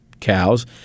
cows